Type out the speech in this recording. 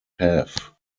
have